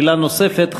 שאלה נוספת,